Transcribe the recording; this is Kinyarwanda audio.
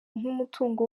nk’umutungo